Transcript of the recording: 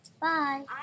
Bye